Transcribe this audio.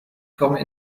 forme